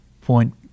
point